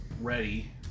ready